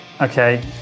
Okay